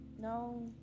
No